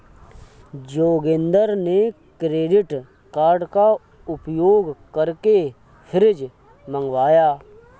जोगिंदर ने credit card का उपयोग करके फ्रिज मंगवाया